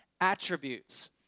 attributes